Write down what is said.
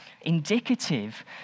indicative